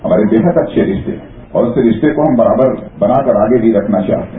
हमारे बेहद अच्छेरिश्ते हैं और इस रिश्ते को हम बराबर बनाकर आगे भी रखना चाहते हैं